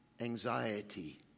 anxiety